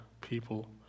people